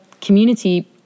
community